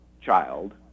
child